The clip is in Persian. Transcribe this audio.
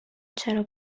چرا